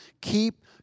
keep